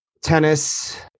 Tennis